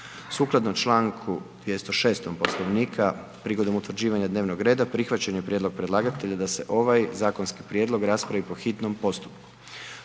i 204. Poslovnika Hrvatskog sabora. Prigodom utvrđivanja dnevnog reda prihvatili smo prijedlog predlagatelja da se ovi zakonski prijedlozi rasprave po hitnom postupku.